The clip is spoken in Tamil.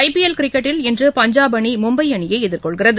ஜ பிஎல் கிரிக்கெட்டில் இன்று பஞ்சாப் அணிமும்பைஅணியைஎதிர்கொள்கிறது